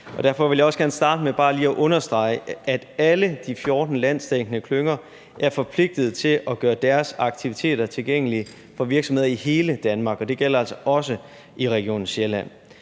derfor vil jeg også gerne starte med bare lige at understrege, at alle de 14 landsdækkende klynger er forpligtet til at gøre deres aktiviteter tilgængelige for virksomheder i hele Danmark. Og det gælder altså også i Region Sjælland.